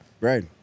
Right